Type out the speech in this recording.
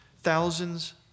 thousands